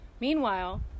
Meanwhile